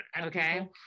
okay